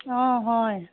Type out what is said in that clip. অঁ হয়